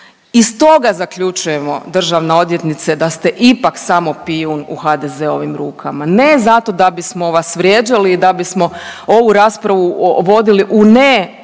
Iz toga zaključujemo, državna odvjetnice, da ste ipak samo pijun u HDZ-ovim rukama, ne zato da bismo vas vrijeđali i da bismo ovu raspravu vodili u